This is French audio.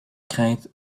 crainte